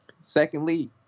Secondly